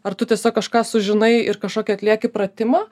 ar tu tiesiog kažką sužinai ir kažkokį atlieki pratimą